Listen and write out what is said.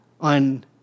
on